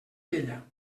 bella